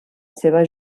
seva